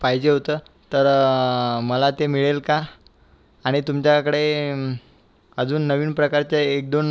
पाहिजे होतं तर मला ते मिळेल का आणि तुमच्याकडे अजून नवीन प्रकारचे एकदोन